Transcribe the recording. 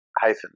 hyphen